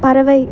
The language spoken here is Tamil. பறவை